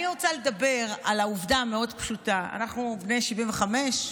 אני רוצה לדבר על העובדה המאוד-פשוטה: אנחנו בני 75,